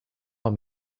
want